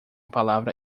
palavra